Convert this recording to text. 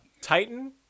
titan